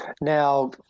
Now